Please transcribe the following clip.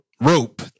rope